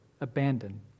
abandoned